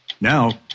Now